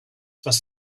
must